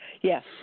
Yes